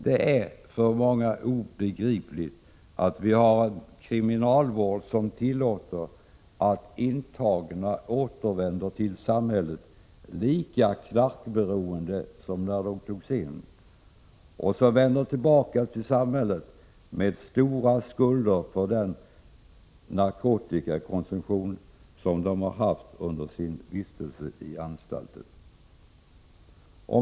Det är för många obegripligt att vi har en kriminalvård som tillåter att intagna återvänder till samhället lika knarkberoende som när de togs in och vänder tillbaka till samhället med stora skulder för den narkotikakonsumtion som de har haft under sin vistelse på anstalt.